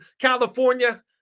California